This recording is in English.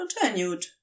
continued